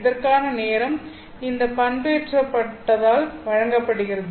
இதற்கான நேரம் இந்த பண்பேற்றப்பட்டதால் வழங்கப்படுகிறது